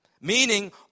Meaning